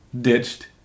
ditched